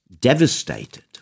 devastated